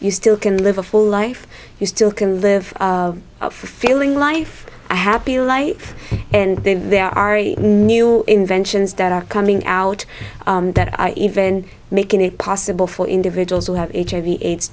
you still can live a full life you still can live feeling life a happy life and then there are new inventions that are coming out that even making it possible for individuals who have hiv aids